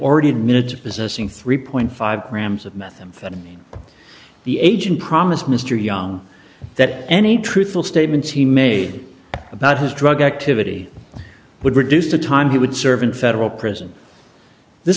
already admitted possessing three point five grams of methamphetamine the agent promised mr young that any truthful statements he made about his drug activity would reduce the time he would serve in federal prison th